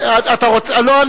רק אל תוציא אותי